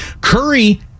Curry